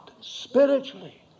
spiritually